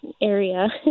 area